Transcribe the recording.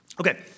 Okay